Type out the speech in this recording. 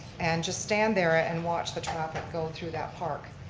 and just stand there and watch the traffic go through that park.